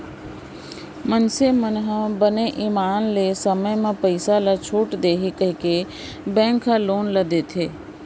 मइनसे मन ह बने ईमान ले समे म पइसा ल छूट देही कहिके बेंक ह लोन ल देथे